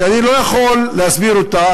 שאני לא יכול להסביר אותה.